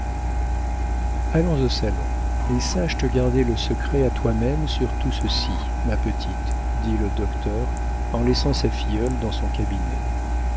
allons au salon et sache te garder le secret à toi-même sur tout ceci ma petite dit le docteur en laissant sa filleule dans son cabinet